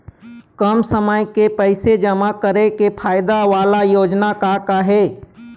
कम समय के पैसे जमा करे के फायदा वाला योजना का का हे?